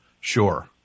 Sure